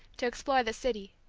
to explore the city.